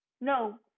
No